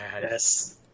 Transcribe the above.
yes